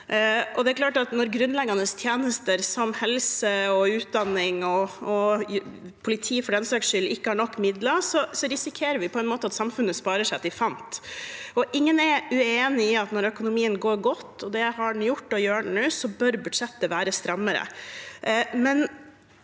når grunnleggende tjenester som helse og utdanning – og politi, for den saks skyld – ikke har nok midler, risikerer vi på en måte at samfunnet sparer seg til fant. Ingen er uenig i at når økonomien går godt, og det har den gjort og gjør nå, bør budsjettet være strammere.